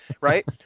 right